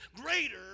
greater